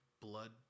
blood